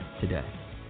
today